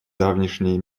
давнишний